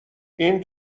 این